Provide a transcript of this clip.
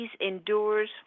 endures